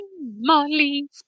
Molly